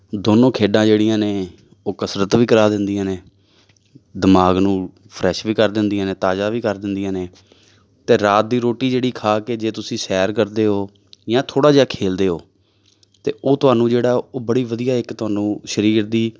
ਦੋਨੋਂ ਖੇਡਾਂ ਜਿਹੜੀਆਂ ਨੇ ਉਹ ਕਸਰਤ ਵੀ ਕਰਾ ਦਿੰਦੀਆਂ ਨੇ ਦਿਮਾਗ ਨੂੰ ਫਰੈਸ਼ ਵੀ ਕਰ ਦਿੰਦੀਆਂ ਨੇ ਤਾਜ਼ਾ ਵੀ ਕਰ ਦਿੰਦੀਆਂ ਨੇ ਅਤੇ ਰਾਤ ਦੀ ਰੋਟੀ ਜਿਹੜੀ ਖਾ ਕੇ ਜੇ ਤੁਸੀਂ ਸੈਰ ਕਰਦੇ ਹੋ ਜਾਂ ਥੋੜ੍ਹਾ ਜਿਹਾ ਖੇਲਦੇ ਹੋ ਅਤੇ ਉਹ ਤੁਹਾਨੂੰ ਜਿਹੜਾ ਉਹ ਬੜੀ ਵਧੀਆ ਇੱਕ ਤੁਹਾਨੂੰ ਸਰੀਰ ਦੀ